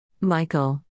Michael